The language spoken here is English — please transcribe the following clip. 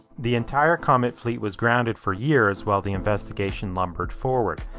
the entire comet fleet was grounded for years while the investigation lumbered forward.